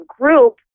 group